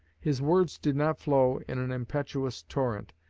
his words did not flow in an impetuous torrent,